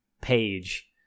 page